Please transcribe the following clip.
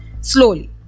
slowly